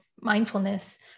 Mindfulness